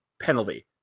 penalty